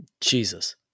jesus